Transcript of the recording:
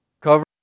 Cover